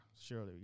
surely